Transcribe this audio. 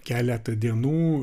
keletą dienų